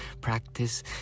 practice